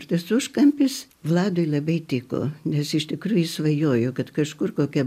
šis užkampis vladui labai tiko nes jis tikrai svajojo kad kažkur kokia